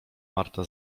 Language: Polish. marta